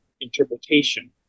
interpretation